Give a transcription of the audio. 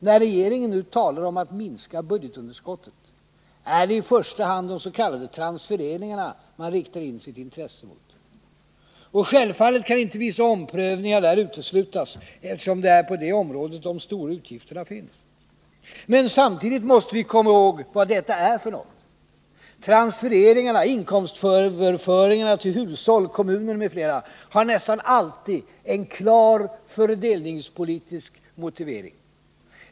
När regeringen nu talar om att minska budgetunderskottet, är det i första hand des.k. transfereringarna man riktar in sitt intresse mot. Och självfallet kaninte vissa omprövningar där uteslutas, eftersom det är på det området de stora utgifterna finns. Men samtidigt måste vi komma i håg vad detta är för något. Transfereringarna, inkomstöverföringarna till hushåll, kommuner m.fl. har nästan alltid en klar fördelningspolitisk motivering.